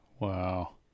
Wow